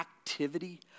activity